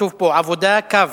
כתוב פה: עבודה, קו.